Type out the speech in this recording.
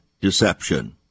deception